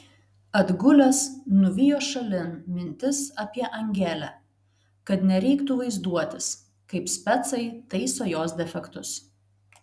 atgulęs nuvijo šalin mintis apie angelę kad nereiktų vaizduotis kaip specai taiso jos defektus